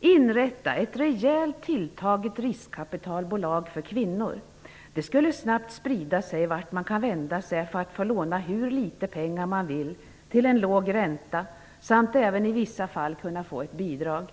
Inrätta ett rejält tilltaget riskkapitalbolag för kvinnor! Det skulle snabbt sprida sig vart man kan vända sig för att få låna hur litet pengar man vill till en låg ränta samt även i vissa fall kunna få ett bidrag.